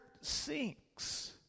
sinks